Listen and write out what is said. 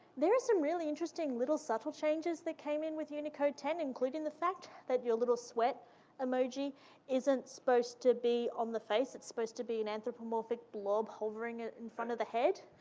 there are some really interesting little subtle changes that came in with unicode ten, including the fact that your little sweat emoji isn't supposed to be on the face. it's supposed to be an anthropomorphic blob hovering in front of the head,